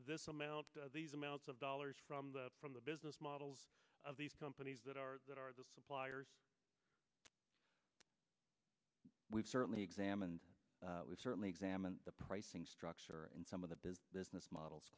this amount amounts of dollars from the from the business models of these companies that are that are the suppliers we've certainly examined we've certainly examined the pricing structure in some of the business models